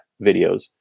videos